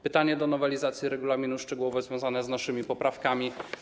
Pytanie co do nowelizacji regulaminu, szczegółowe, związane z naszymi poprawkami: